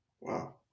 Wow